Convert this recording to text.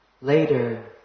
Later